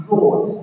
Lord